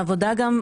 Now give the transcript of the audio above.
העבודה גם,